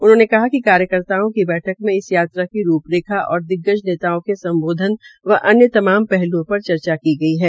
उन्होंने बताया कि कार्यकर्ताओं की बैठक मे इस यात्रा की रू रेखा और दिग्गज नेताओं के सम्बोधन व अन्य तमाम हल्ओं र चर्चा की गई है